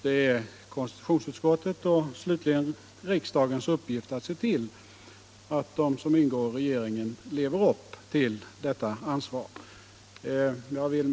Det är konstitutionsutskottets och slutligen riksdagens uppgift att se till att de som tillhör regeringen lever upp till detta ansvar. Herr talman!